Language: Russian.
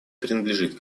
принадлежит